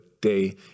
day